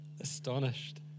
Astonished